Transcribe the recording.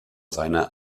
seine